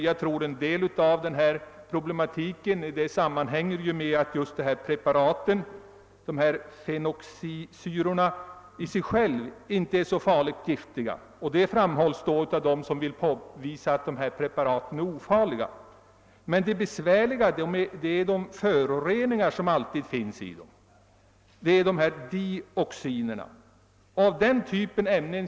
Jag tror att en del av meningsskiljaktigheterna sammanhänger med att fenoxisyrorna inte i sig själva anses ha så stor giftverkan. Detta brukar framhållas av dem som vill påvisa att dessa preparat är ofarliga. Men det besvärliga är de föroreningar som alltid finns i dessa preparat, de s.k. dioxinerna.